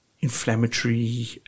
inflammatory